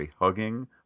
hugging